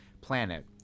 planet